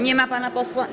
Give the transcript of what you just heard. Nie ma pana posła.